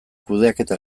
kudeaketa